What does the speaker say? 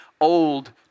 Old